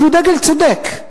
שהוא דגל צודק,